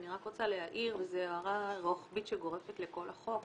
אני רק רוצה להעיר וזו הערה רוחבית גורפת לכל החוק,